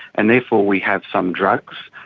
and therefore we have some drugs.